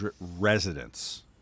residents